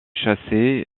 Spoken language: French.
chassé